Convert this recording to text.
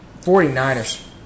49ers